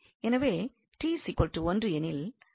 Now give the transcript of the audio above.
எனவே t 1 எனில் sin 1 ஆகாது